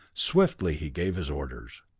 swiftly he gave his orders.